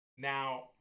Now